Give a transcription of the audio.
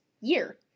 year